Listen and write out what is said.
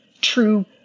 true